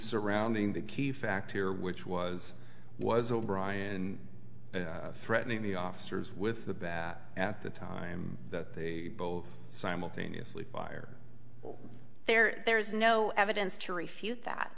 surrounding the key fact here which was was o'brien threatening the officers with the bat at the time that they both simultaneously fire there there is no evidence to refute that